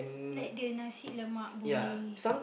like the nasi-lemak Boon-Lay